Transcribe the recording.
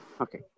Okay